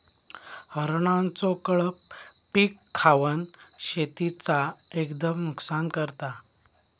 हरणांचो कळप पीक खावन शेतीचा एकदम नुकसान करता